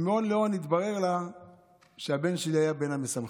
ומהון להון התברר לה שהבן שלי היה בין המשמחים.